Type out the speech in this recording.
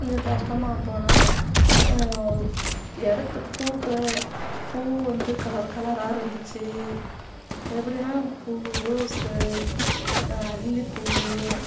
கொஞ்சம் கஷ்டமாக போனேன் இடத்த பூக்கள் பூ வந்து கலரு கலராக இருந்துச்சு எப்படினா பூ ரோஸு அல்லி பூ